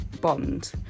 Bond